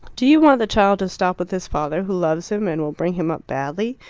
do you want the child to stop with his father, who loves him and will bring him up badly,